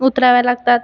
उतराव्या लागतात